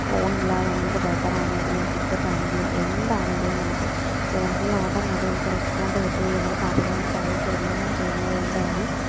ഫോണില്ലാതെ തന്നെ നമുക്ക് വെതറാണങ്കിലും ടിക്കറ്റാണെങ്കിലും എന്താണങ്കിലും നമുക്ക് ഫോണിലുടനടി നമുക്ക് റെസ്പോണ്ട് കിട്ടുകയും നമുക്കറിയാൻ സാധിക്കുകയെല്ലാം ചെയ്യുന്നതുകൊണ്ട് തന്നെ